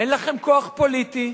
אין לכם כוח פוליטי,